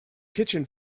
kitchen